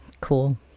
cool